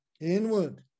Inward